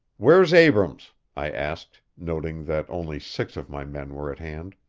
where's abrams? i asked, noting that only six of my men were at hand.